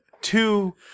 Two